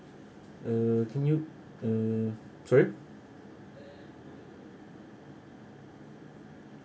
uh can you uh sorry